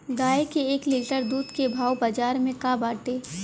गाय के एक लीटर दूध के भाव बाजार में का बाटे?